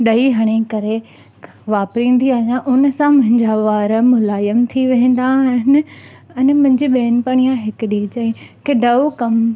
ॾही हणी करे वापरींदी आहियां उन सां मुंहिंजा वार मुलायम थी वेंदा आहिनि अने मुंहिंजे भेण पणीह हिकु ॾींहुं चयईं की डव कम